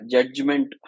Judgment